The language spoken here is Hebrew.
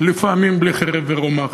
לפעמים בלי חרב ורומח,